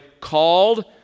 called